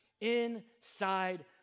inside